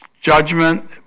judgment